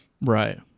Right